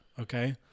Okay